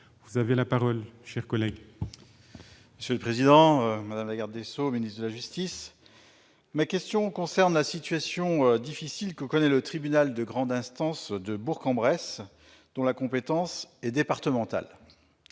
à Mme la garde des sceaux, ministre de la justice. Madame la garde des sceaux, ministre de la justice, ma question concerne la situation difficile que connaît le tribunal de grande instance de Bourg-en-Bresse, dont la compétence est départementale.